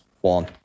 one